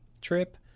trip